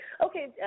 Okay